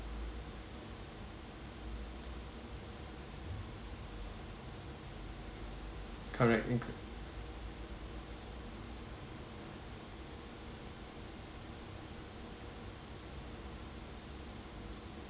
correct inclu~